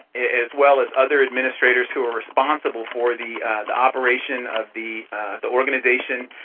as well as other administrators who are responsible for the the operation of the the organization,